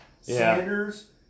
Sanders